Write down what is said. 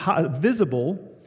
visible